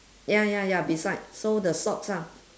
ya ya ya beside so the socks ah